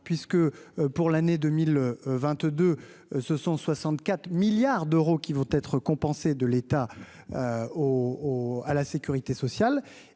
puisque pour l'année 2022, ce sont 64 milliards d'euros qui vont être compensée de l'État au à la sécurité sociale